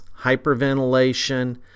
hyperventilation